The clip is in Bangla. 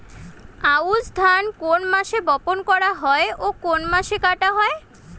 আউস ধান কোন মাসে বপন করা হয় ও কোন মাসে কাটা হয়?